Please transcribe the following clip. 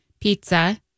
pizza